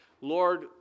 Lord